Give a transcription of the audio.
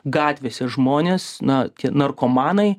gatvėse žmonės na narkomanai